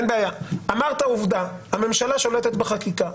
אמרת עובדה: הממשלה שולטת בחקיקה.